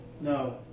No